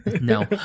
No